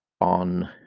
on